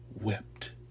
wept